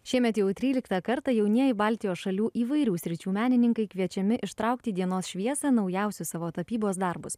šiemet jau tryliktą kartą jaunieji baltijos šalių įvairių sričių menininkai kviečiami ištraukti į dienos šviesą naujausius savo tapybos darbus